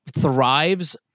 thrives